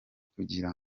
kugira